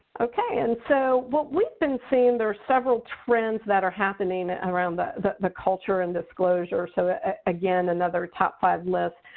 okay. and so what we've been seeing there are several trends that are happening around the the culture and disclosure. so again, another top five list,